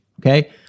okay